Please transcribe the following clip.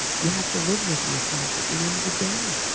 you have to live with yourself at the end of the day.